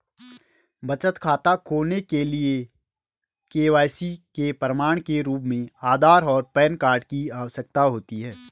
बचत खाता खोलने के लिए के.वाई.सी के प्रमाण के रूप में आधार और पैन कार्ड की आवश्यकता होती है